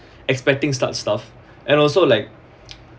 expecting start stuff and also like